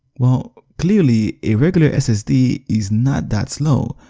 well, clearly, a regularly ssd is not that slow.